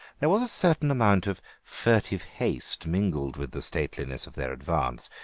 there was a certain amount of furtive haste mingled with the stateliness of their advance,